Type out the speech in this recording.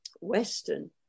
western